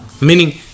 Meaning